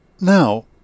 Now